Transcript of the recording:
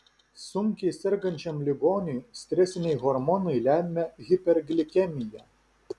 sunkiai sergančiam ligoniui stresiniai hormonai lemia hiperglikemiją